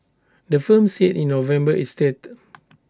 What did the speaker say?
the firm said in November it's dead